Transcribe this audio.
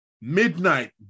midnight